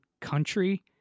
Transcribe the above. Country